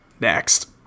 Next